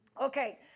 Okay